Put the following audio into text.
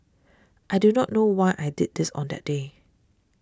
I do not know why I did this on that day